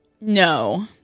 no